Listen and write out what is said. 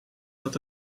dat